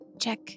check